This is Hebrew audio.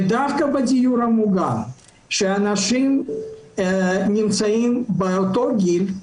ודווקא בדיור המוגן, שאנשים נמצאים באותו גיל,